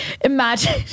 imagine